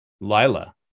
lila